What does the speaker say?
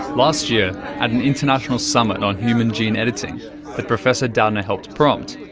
last year, at an international summit on human gene editing that professor doudna helped prompt,